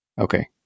Okay